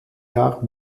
jahr